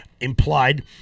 implied